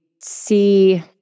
see